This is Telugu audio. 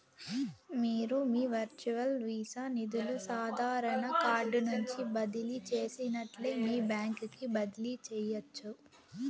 మీరు మీ వర్చువల్ వీసా నిదులు సాదారన కార్డు నుంచి బదిలీ చేసినట్లే మీ బాంక్ కి బదిలీ చేయచ్చు